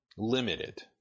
Limited